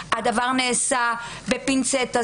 שהדבר נעשה בפינצטה.